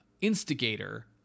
instigator